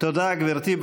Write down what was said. תודה, גברתי.